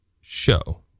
show